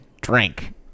drink